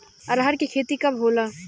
अरहर के खेती कब होला?